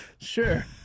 sure